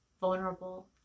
vulnerable